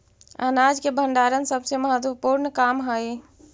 अनाज के भण्डारण सबसे महत्त्वपूर्ण काम हइ